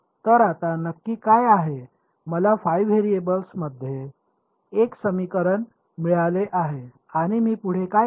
तर आता नक्की काय आहे मला 5 व्हेरिएबल्स मध्ये एक समीकरण मिळाले आहे आणि मी पुढे काय करावे